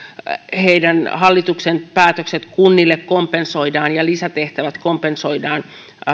hallituksen päätökset kunnille kompensoidaan ja lisätehtävät kompensoidaan